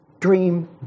dream